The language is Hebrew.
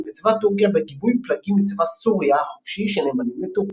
וצבא טורקיה בגיבוי פלגים מצבא סוריה החופשי שנאמנים לטורקיה.